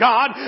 God